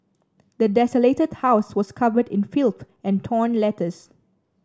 the desolated house was covered in filth and torn letters